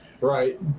Right